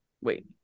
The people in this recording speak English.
wait